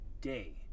day